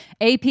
AP